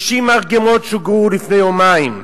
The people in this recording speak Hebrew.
60 פצצות מרגמה שוגרו לפני יומיים,